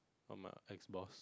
from my ex boss